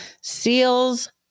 Seals